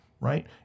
Right